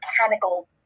mechanical